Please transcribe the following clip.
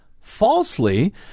falsely